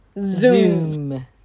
Zoom